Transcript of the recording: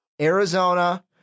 Arizona